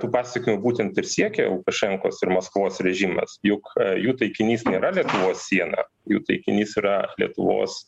tų pasekmių būtent ir siekė lukašenkos ir maskvos režimas juk jų taikinys nėra lietuvos siena jų taikinys yra lietuvos